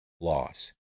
loss